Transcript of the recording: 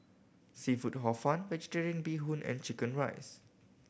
seafood Hor Fun Vegetarian Bee Hoon and chicken rice